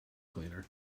cleaner